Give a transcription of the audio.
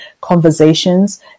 conversations